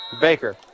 Baker